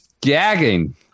gagging